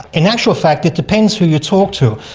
in actual fact it depends who you talk to.